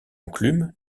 enclume